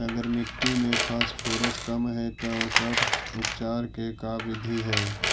अगर मट्टी में फास्फोरस कम है त ओकर उपचार के का बिधि है?